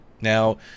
Now